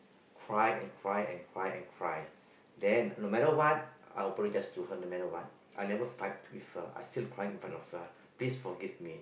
cry and cry and cry and cry then no matter what I apologise to her no matter what I never fight with her I still cry in front of her please forgive me